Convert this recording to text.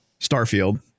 Starfield